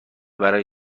برای